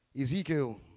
Ezekiel